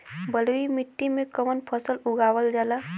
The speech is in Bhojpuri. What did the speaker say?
बलुई मिट्टी में कवन फसल उगावल जाला?